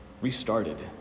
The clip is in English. restarted